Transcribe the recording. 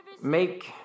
make